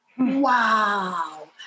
Wow